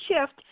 shift